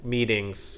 Meetings